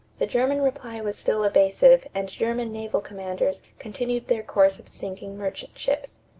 the german reply was still evasive and german naval commanders continued their course of sinking merchant ships.